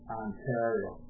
ontario